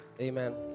Amen